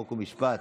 חוק ומשפט.